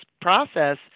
process